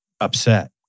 upset